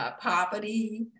poverty